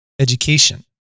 education